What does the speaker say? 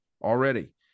already